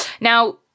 Now